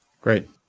Great